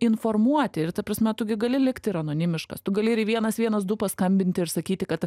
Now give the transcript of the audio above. informuoti ir ta prasme tu gi gali likt ir anonimiškas tu gali ir į vienas vienas du paskambinti ir sakyti kad